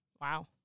wow